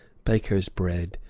baker's bread,